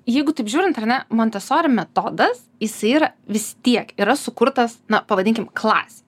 jeigu taip žiūrint ar ne montesori metodas jisai yra vis tiek yra sukurtas na pavadinkim klasei